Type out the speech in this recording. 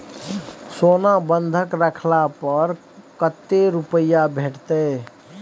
सोना बंधक रखला पर कत्ते रुपिया भेटतै?